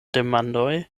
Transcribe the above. demandoj